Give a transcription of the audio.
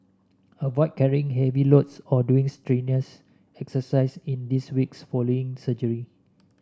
avoid carrying heavy loads or doing strenuous exercise in these weeks following surgery